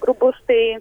grubus tai